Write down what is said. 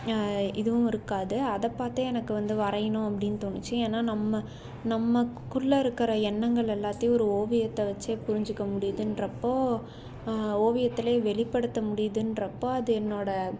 இதுவும் இருக்காது அதை பார்த்தே எனக்கு வந்து வரையணும் அப்படின்னு தோணுச்சு ஏன்னால் நம்ம நமக்குள்ள இருக்கிற எண்ணங்கள் எல்லாத்தையும் ஒரு ஓவியத்தை வச்சே புரிஞ்சுக்க முடியிதுன்றப்போ ஓவியத்தில் வெளிப்படுத்த முடியுதுன்றப்ப அது என்னோடய